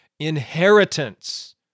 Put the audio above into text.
inheritance